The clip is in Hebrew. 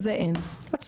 זה אין עצוב.